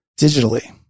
digitally